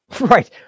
Right